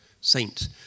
saint